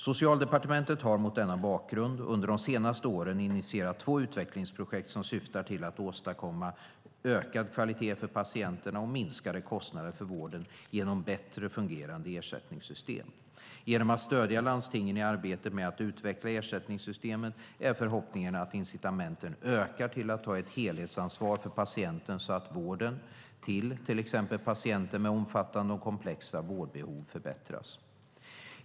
Socialdepartementet har mot denna bakgrund under de senaste åren initierat två utvecklingsprojekt som syftar till att åstadkomma ökad kvalitet för patienterna och minskade kostnader för vården genom bättre fungerande ersättningssystem. Genom att stödja landstingen i arbetet med att utveckla ersättningssystem är förhoppningen att incitamenten ökar till att ta helhetsansvar för patienten så att vården, till exempelvis patienter med omfattande och komplexa vårdbehov, förbättras.